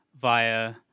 via